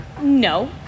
No